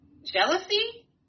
jealousy